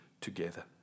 together